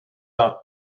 our